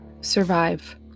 survive